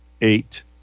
eight